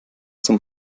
zum